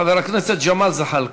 חבר הכנסת ג'מאל זחאלקה.